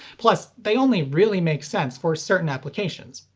plus they only really make sense for certain applications.